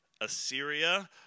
Assyria